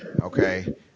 okay